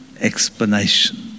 explanation